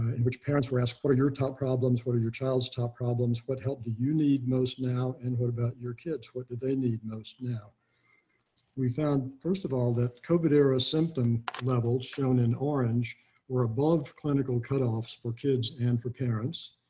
in which parents were asked, what are your top problems. what are your child's top problems. what helped the you need most now. and what about your kids. what do they need most now. johnweisz we found, first of all, that covert era symptom level shown in orange or above clinical cut offs for kids and for parents.